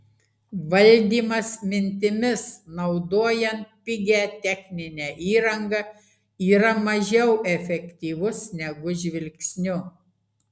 valdymas mintimis naudojant pigią techninę įrangą yra mažiau efektyvus negu žvilgsniu